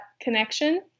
connection